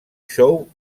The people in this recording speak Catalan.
xou